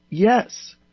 yes,